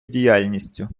діяльністю